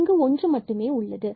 எனவே ஒன்று இங்கு உள்ளது